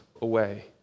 away